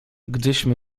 gdyśmy